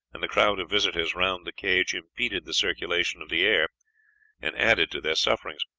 and the crowd of visitors round the cage impeded the circulation of the air and added to their sufferings.